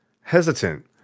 hesitant